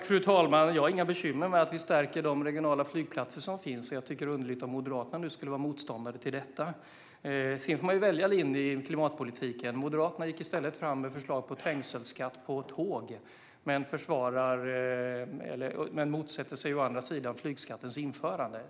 Fru talman! Jag har inga bekymmer med att vi stärker de regionala flygplatser som finns, och jag tycker att det är underligt om Moderaterna är motståndare till detta. Man får välja linje i klimatpolitiken. Moderaterna gick fram med förslag på trängselskatt på tåg men motsätter sig å andra sidan flygskattens införande.